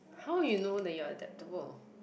how you know that you are adaptable